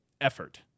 effort